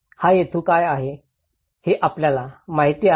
हा हेतू काय आहे हे आपल्याला माहिती आहे का